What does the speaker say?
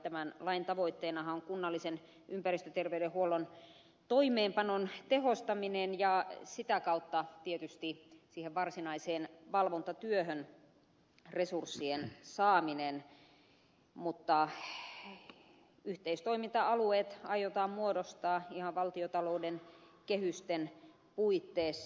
tämän lain tavoitteenahan on kunnallisen ympäristöterveydenhuollon toimeenpanon tehostaminen ja sitä kautta tietysti siihen varsinaiseen valvontatyöhön resurssien saaminen mutta yhteistoiminta alueet aiotaan muodostaa ihan valtiontalouden kehysten puitteissa